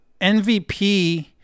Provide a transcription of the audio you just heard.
MVP